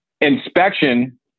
Inspection